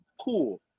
cool